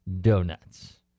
Donuts